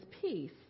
peace